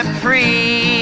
preach